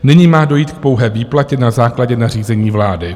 Nyní má dojít k pouhé výplatě na základě nařízení vlády.